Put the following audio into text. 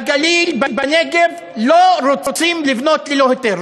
בגליל, בנגב, לא רוצים לבנות ללא היתר.